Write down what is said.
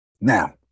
Now